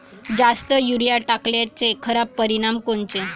जास्त युरीया टाकल्याचे खराब परिनाम कोनचे?